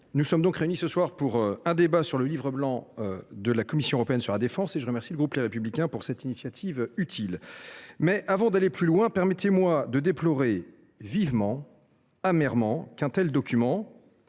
nous sommes réunis ce soir pour débattre du livre blanc de la Commission européenne sur la défense. Je remercie le groupe Les Républicains de cette initiative utile. Avant d’aller plus loin, permettez moi de déplorer vivement, amèrement, qu’un tel document,